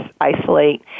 isolate